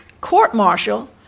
court-martial